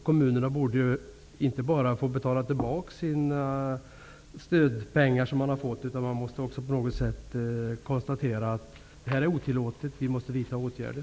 Kommunerna borde inte bara få betala tillbaka de stödpengar de fått, utan man måste också konstatera att förfarandet är otillåtet och vidta åtgärder.